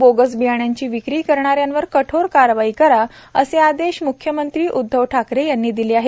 bogus बियाण्यांची विक्री करणाऱ्यांवर कठोर कारवाई करा असे आदेश म्ख्यमंत्री उद्धव ठाकरे यांनी दिली आहेत